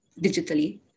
digitally